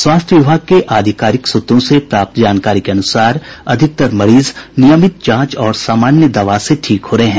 स्वास्थ्य विभाग के आधिकारिक सूत्रों से प्राप्त जानकारी के अनुसार अधिकतर मरीज नियमित जांच और सामान्य दवा से ठीक हो रहे हैं